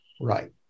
Right